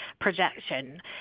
projection